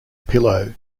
pillow